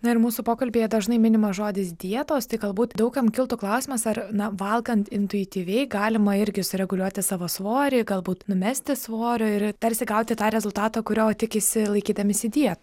na ir mūsų pokalbyje dažnai minimas žodis dietos tai galbūt daug kam kiltų klausimas ar na valgant intuityviai galima irgi sureguliuoti savo svorį galbūt numesti svorio ir tarsi gauti tą rezultato kurio tikisi laikydamiesi dietų